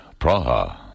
Praha